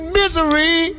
misery